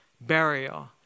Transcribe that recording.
burial